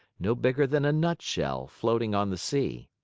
no bigger than a nutshell, floating on the sea.